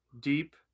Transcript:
deep